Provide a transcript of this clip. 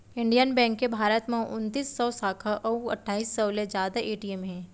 Indian bank के भारत म उनतीस सव साखा अउ अट्ठाईस सव ले जादा ए.टी.एम हे